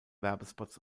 werbespots